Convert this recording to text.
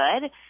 good